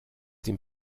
dem